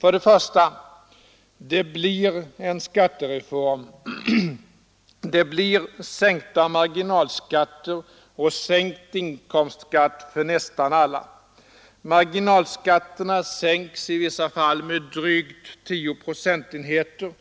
För det första: det blir en skattereform. Det blir sänkta marginalskatter och sänkt inkomstskatt för nästan alla. Marginalskatterna sänks i vissa fall med drygt 10 procentenheter,